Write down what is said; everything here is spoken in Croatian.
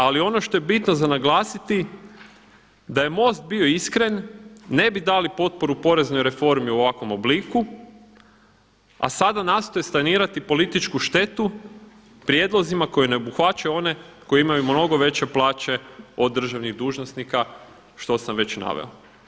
Ali ono što je bitno za naglasiti da je MOST bio iskren, ne bi dali potporu poreznoj reformi u ovakvom obliku, a sada nastoje sanirati političku štetu prijedlozima koji ne obuhvaćaju one koji imaju mnogo veće plaće od državnih dužnosnika, što sam već naveo.